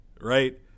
right